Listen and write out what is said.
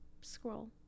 scroll